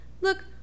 look